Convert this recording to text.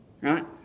Right